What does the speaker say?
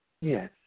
Yes